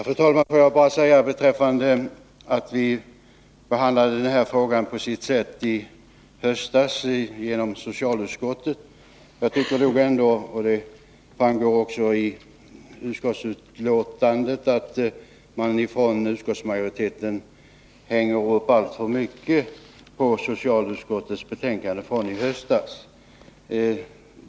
Fru talman! Får jag bara säga med anledning av påpekandet att vi på sätt och vis behandlade denna fråga i höstas i socialutskottet, att jag tycker att — såsom framgår av utskottsbetänkandet — utskottsmajoriteten alltför mycket bygger på socialutskottets betänkande från i höstas.